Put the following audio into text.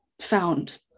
found